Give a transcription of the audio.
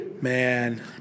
Man